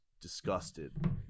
disgusted